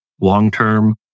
long-term